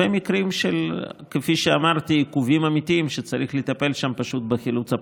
ובמקרים של עיכובים אמיתיים צריך לטפל שם פשוט בחילוץ הפקקים,